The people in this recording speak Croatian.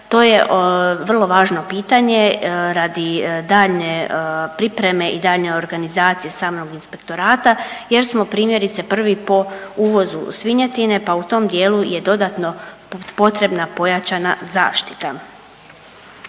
to je vrlo važno pitanje radi daljnje pripreme i daljnje organizacije samog inspektorata jer smo primjerice prvi po uvozu svinjetine, pa u tom dijelu je dodatno potrebna pojačana zaštita.